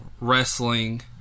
wrestling